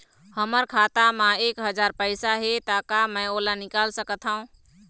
हमर खाता मा एक हजार पैसा हे ता का मैं ओला निकाल सकथव?